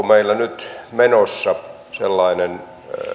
meillä nyt menossa sellainen